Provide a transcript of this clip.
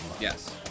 Yes